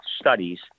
studies